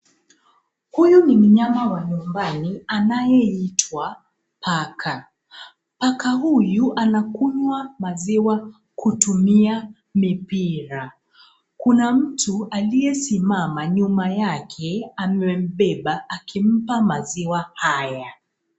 Huyu ni mnyama wa nyumbani anayeitwa paka. Paka huyu anakunywa maziwa kutumia mipira. Kuna mtu aliyesimama nyuma yake, amembeba akimpa maziwa haya.